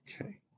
Okay